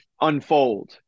unfold